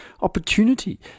opportunity